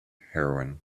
heroine